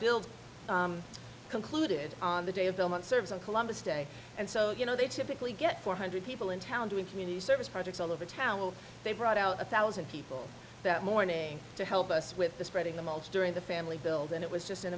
build concluded on the day of belmont serves and columbus day and so you know they typically get four hundred people in town doing community service projects all over town will they brought out a thousand people that morning to help us with the spreading the mulch during the family build and it was